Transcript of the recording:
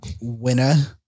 winner